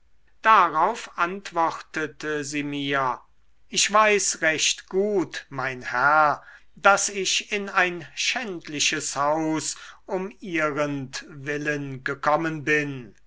darauf antwortete sie mir ich weiß recht gut mein herr daß ich in ein schändliches haus um ihrentwillen gekommen bin